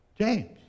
James